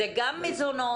זה גם מזונות,